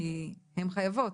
כי הן חייבות.